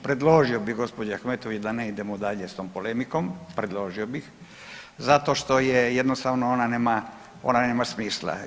Predložio bi gđi. Ahmetović da ne idemo dalje s tom polemikom, predložio bih zato što je jednostavno ona nema, ona nema smisla.